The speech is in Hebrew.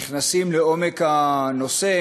שנכנסים לעומק הנושא,